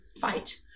fight